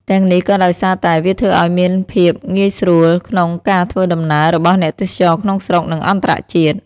ទាំំងនេះក៏ដោយសារតែ វាធ្វើឪ្យមានភាពងាយស្រួលក្នុងការធ្វើដំណើររបស់អ្នកទេសចរក្នុងស្រុក និងអន្តរជាតិ។